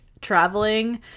traveling